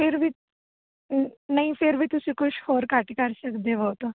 ਫਿਰ ਵੀ ਨਹੀਂ ਫਿਰ ਵੀ ਤੁਸੀਂ ਕੁਝ ਹੋਰ ਘੱਟ ਕਰ ਸਕਦੇ ਹੋ ਤਾਂ